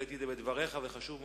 ראיתי את זה בדבריך, זה חשוב מאוד.